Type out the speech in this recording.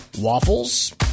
waffles